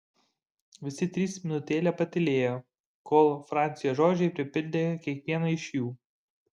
visi trys minutėlę patylėjo kol francio žodžiai pripildė kiekvieną iš jų